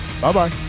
Bye-bye